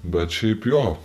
bet šiaip jo